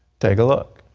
take a look.